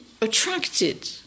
attracted